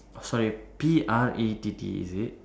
sorry P R A T T is it